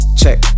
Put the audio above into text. check